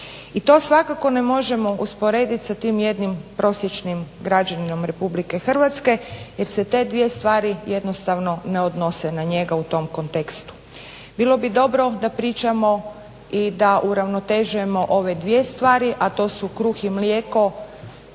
I to svakako ne možemo usporedit sa tim jednim prosječnim građaninom Republike Hrvatske jer se te dvije stvari jednostavno ne odnose na njega u tom kontekstu. Bilo bi dobro da pričamo i da uravnotežujemo ove dvije stvari, a to su kruh i mlijeko